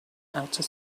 outer